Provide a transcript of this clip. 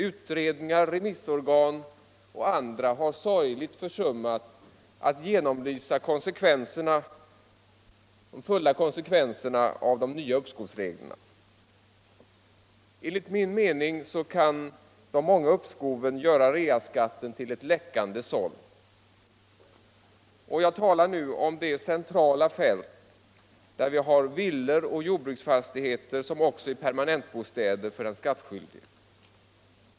Utredningen, remissorgan och andra har sorgligt försummat att genomlysa de fulla konsekvenserna av de nya uppskovsreglerna. Enligt min mening kan de många uppskoven göra reaskatten till ett läckande såll. Jag talar nu om det centrala fältet villor och jordbruksfastigheter som också är permanentbostäder för de skattskyldiga.